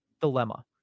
dilemma